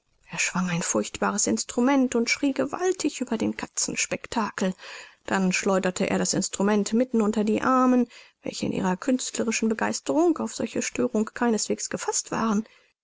er schwang ein furchtbares instrument und schrie gewaltig über den katzenspectakel dann schleuderte er das instrument mitten unter die armen welche in ihrer künstlerischen begeisterung auf solche störung keineswegs gefaßt waren